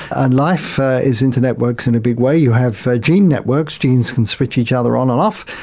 and life is into networks in a big way. you have ah gene networks, genes can switch each other on and off,